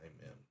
amen